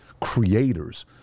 creators